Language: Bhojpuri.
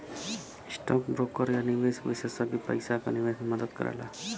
स्टौक ब्रोकर या निवेश विषेसज्ञ पइसा क निवेश में मदद करला